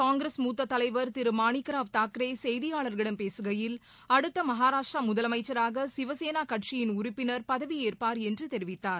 காங்கிரஸ் மூத்த தலைவர் திரு மாணிக்ராவ் தாக்கரே செய்தியாளர்களிடம் பேசுகையில் அடுத்த மகாராஷ்டிரா முதலமைச்சராக சிவசேனா கட்சியின் உறுப்பினர் பதவியேற்பார் என்று தெரிவித்தார்